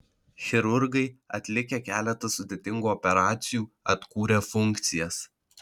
chirurgai atlikę keletą sudėtingų operacijų atkūrė funkcijas